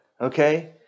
okay